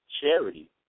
charity